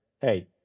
Hey